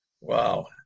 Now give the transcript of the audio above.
Wow